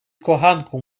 kochanku